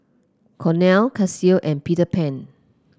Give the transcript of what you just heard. Cornell Casio and Peter Pan